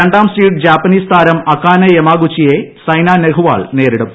ര ാം സ്വീഡ് ജാപ്പനീസ് താരം അക്കാനേ യമാഗുച്ചിയെ സൈന നെഹ്വാൾ നേരിടും